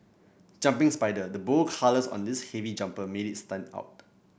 jumping spider the bold colours on this heavy jumper made it stand out